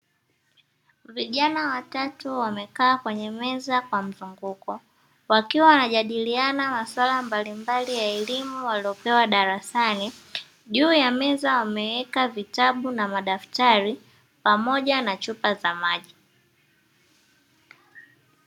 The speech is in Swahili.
Vijana watatu wamekaa kwenye meza kwa mzunguko wakiwa wanajadiliana maswala mbalimbali ya elimu waliyopewa darasani, juu ya meza wameweka vitabu na madaftari pamoja na chupa za maji.